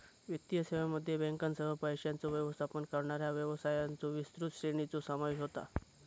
वित्तीय सेवांमध्ये बँकांसह, पैशांचो व्यवस्थापन करणाऱ्या व्यवसायांच्यो विस्तृत श्रेणीचो समावेश होता